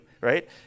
right